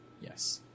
Yes